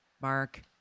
Mark